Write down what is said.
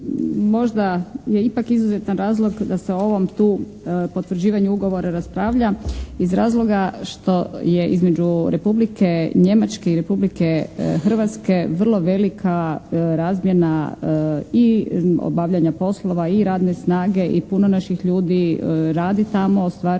Možda je ipak izuzetan razlog da se o ovom tu potvrđivanju ugovora raspravlja iz razloga što je između Republike Njemačke i Republike Hrvatske vrlo velika razmjena i obavljanja poslova i radne snage i puno naših ljudi radi tamo, ostvaruje